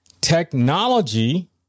technology